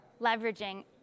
leveraging